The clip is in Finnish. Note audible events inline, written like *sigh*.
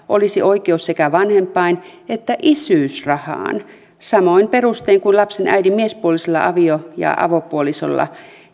*unintelligible* olisi oikeus sekä vanhempain että isyysrahaan samoin perustein kuin lapsen äidin miespuolisella avio ja avopuolisolla